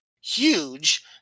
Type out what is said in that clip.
Huge